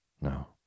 No